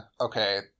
okay